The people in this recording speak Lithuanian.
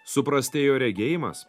suprastėjo regėjimas